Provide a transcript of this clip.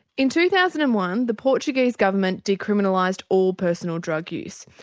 in two thousand and one the portuguese government decriminalised all personal drug use.